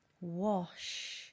wash